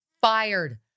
Fired